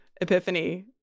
epiphany